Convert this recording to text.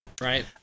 right